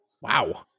Wow